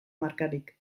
markarik